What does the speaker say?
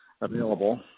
available